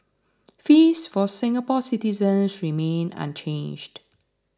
fees for Singapore citizens remain unchanged